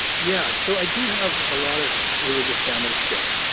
yeah, so i do have a lot of religious family, still.